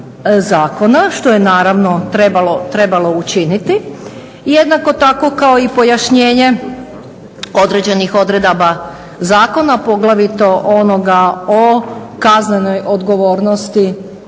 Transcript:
što je naravno trebalo učiniti. I jednako tako kao i pojašnjenje određenih odredaba zakona poglavito onoga o kaznenoj odgovornosti